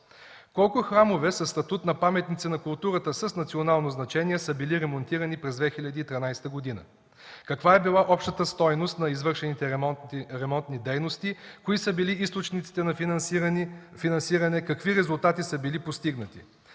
Колко храмове със статут на паметници на културата с национално значение са били ремонтирани през 2013 г.? Каква е била общата стойност на извършените ремонтни дейности? Кои са били източниците на финансиране? Какви резултати са били постигнати?